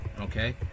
Okay